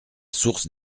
source